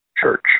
Church